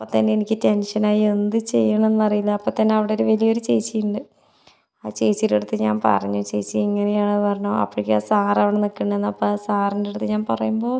അപ്പം തന്നെ എനിക്ക് ടെൻഷനായി എന്ത് ചെയ്യണമെന്നറിയില്ല അപ്പം തന്നെ അവിടെ വലിയൊരു ചേച്ചിയുണ്ട് ആ ചേച്ചിയുടെ അടുത്ത് ഞാൻ പറഞ്ഞു ചേച്ചി ഇങ്ങനെയാണ് എന്നു പറഞ്ഞു അപ്പോഴേ സാറ് അവിടെ നിൽക്കണുണ്ടായിരുന്നു അപ്പം ആ സാറിൻ്റെ അടുത്ത് ഞാൻ പറയുമ്പോൾ